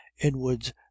inwards